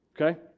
Okay